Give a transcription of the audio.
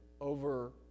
over